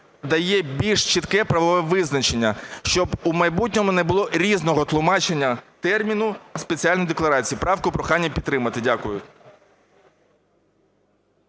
дає більш чітке правове визначення, щоб у майбутньому не було різного тлумачення терміну "спеціальна декларація". Правку, прохання, підтримати. Дякую.